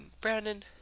Brandon